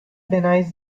denies